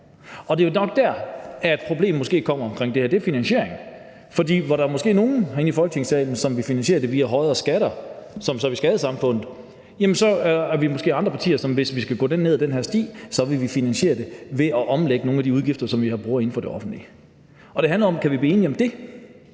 og det er nok der, problemet måske kommer omkring det her. Det er finansieringen. For hvor der måske er nogle herinde i Folketingssalen, som vil finansiere det via højere skatter, som så vil skade samfundet, så er vi måske andre partier, som, hvis vi skal gå ned ad den her sti, vil finansiere det ved at omlægge nogle af de udgifter, som vi har inden for det offentlige. Det handler om, hvorvidt vi kan blive enige om det,